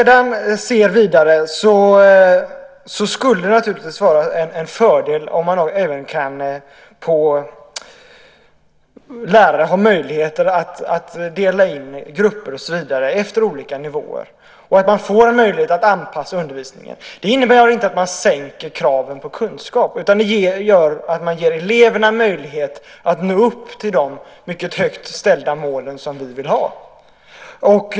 Det skulle naturligtvis vara en fördel om lärare hade möjlighet att dela in elever i grupper efter olika nivåer och möjlighet att anpassa utbildningen. Det innebär inte att man sänker kunskapskraven, utan det gör att man ger eleverna möjlighet att nå upp till de mycket högt ställda mål som vi vill ha.